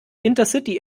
intercity